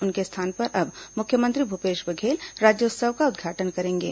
उनके स्थान पर अब मुख्यमंत्री भूपेश बघेल राज्योत्सव का उद्घाटन करेंगे